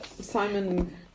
Simon